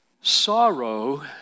Sorrow